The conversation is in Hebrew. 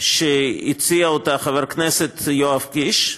שהציע חבר הכנסת יואב קיש.